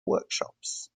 workshops